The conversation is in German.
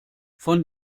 von